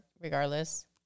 regardless